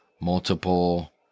multiple